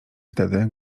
wtedy